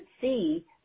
see